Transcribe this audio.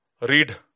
Read